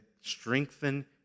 strengthen